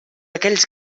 aquells